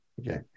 okay